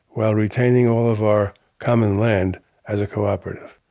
while retaining all of our common land as a cooperative,